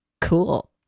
cool